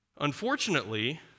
Unfortunately